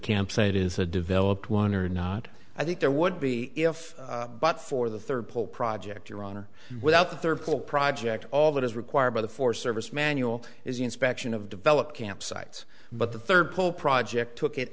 campsite is a developed one or not i think there would be if but for the third pole project your honor without the third cool project all that is required by the four service manual is the inspection of developed campsites but the third pole project took it